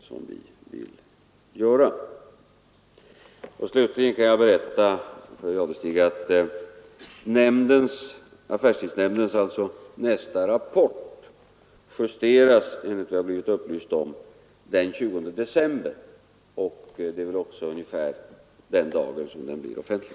Slutligen kan jag berätta för herr Jadestig att affärstidsnämndens nästa rapport justeras, enligt vad jag har blivit upplyst om, den 20 december. Samma dag blir den väl också offentlig.